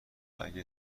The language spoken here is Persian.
اگه